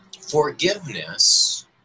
Forgiveness